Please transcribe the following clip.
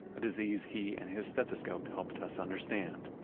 a disease he and his stethoscope helped us understand.